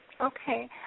Okay